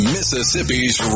Mississippi's